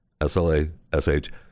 S-L-A-S-H